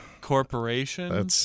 corporation